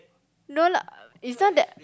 no lah isn't that